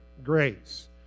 grace